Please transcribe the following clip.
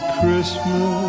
Christmas